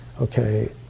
okay